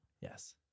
Yes